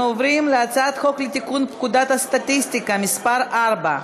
אנחנו עוברים להצעת חוק לתיקון פקודת הסטטיסטיקה (מס' 4),